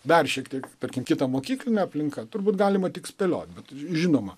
dar šiek tiek tarkim kita mokyklinė aplinka turbūt galima tik spėlioti bet žinoma